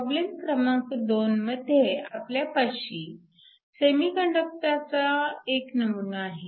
problem क्र 2 मध्ये आपल्यापाशी सेमीकंडक्टरचा एक नमुना आहे